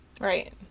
Right